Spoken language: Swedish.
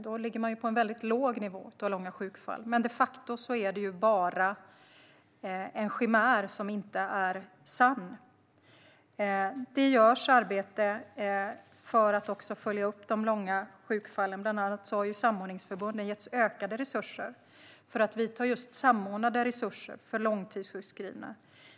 Då ligger man på en väldigt låg nivå av långa sjukfall. Men det är de facto bara en chimär. Det görs arbete för att följa upp de långa sjukfallen. Bland annat har samordningsförbunden getts ökade resurser för att göra just samordnade insatser för långtidssjukskrivna.